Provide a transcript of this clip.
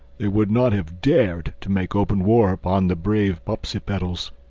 they would not have dared to make open war upon the brave popsipetels.